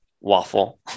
waffle